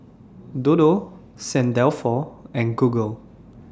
Dodo Saint Dalfour and Google